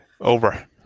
Over